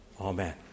Amen